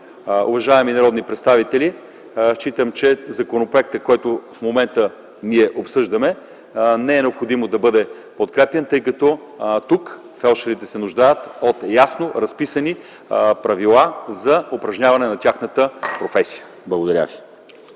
Уважаеми народни представители, считам, че законопроектът, който обсъждаме в момента, не е необходимо да бъде подкрепян, тъй като тук фелдшерите се нуждаят от ясно разписани правила за упражняване на тяхната професия. Благодаря ви.